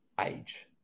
age